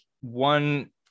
one